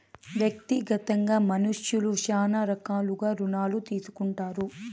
వ్యక్తిగతంగా మనుష్యులు శ్యానా రకాలుగా రుణాలు తీసుకుంటారు